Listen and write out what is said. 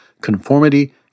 conformity